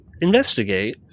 Investigate